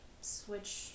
switch